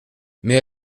mais